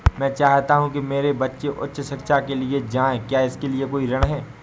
मैं चाहता हूँ कि मेरे बच्चे उच्च शिक्षा के लिए जाएं क्या इसके लिए कोई ऋण है?